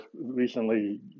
recently